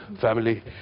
family